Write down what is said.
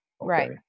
Right